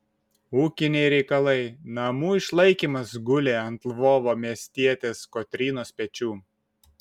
ūkiniai reikalai namų išlaikymas gulė ant lvovo miestietės kotrynos pečių